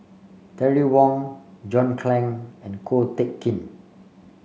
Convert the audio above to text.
Terry Wong John Clang and Ko Teck Kin